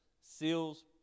seals